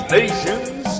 nations